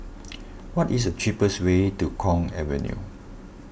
what is the cheapest way to Kwong Avenue